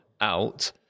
out